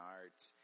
arts